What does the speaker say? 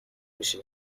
بشی